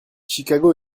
chicago